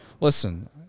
listen